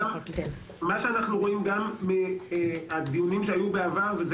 מה שאנחנו רואים גם מהדיונים שהיו בעבר וזה